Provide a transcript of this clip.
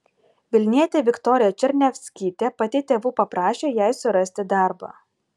vilnietė viktorija černiavskytė pati tėvų paprašė jai surasti darbą